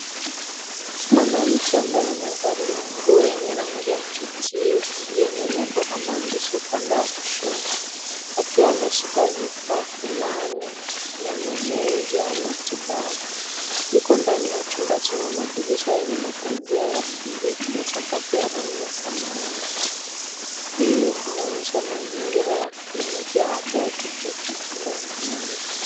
Mwanamke ambaye amevalia nguo yenye rangi ya kijivu yenye nembo na maandishi upande wa kushoto ,akiwa ameshika vifaa fulani vya mazoezi au matibabu. Yuko ndani ya chumba yenye madirisha yenye mapazia ya bluu na sakafu ya rangi ya samawati . Hii inaoyesha mazingira ya kliniki ya afya au kituo cha .